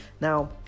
Now